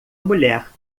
mulher